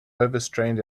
overstrained